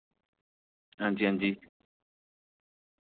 हां जी हां जी